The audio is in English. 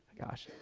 gosh,